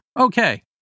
okay